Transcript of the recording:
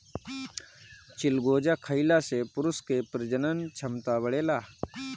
चिलगोजा खइला से पुरुष के प्रजनन क्षमता बढ़ेला